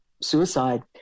suicide